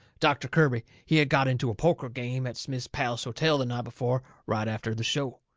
doctor kirby, he had got into a poker game at smith's palace hotel the night before, right after the show.